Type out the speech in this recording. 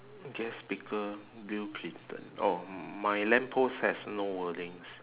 guest speaker bill clinton oh m~ my lamp post has no wordings